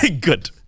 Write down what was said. Good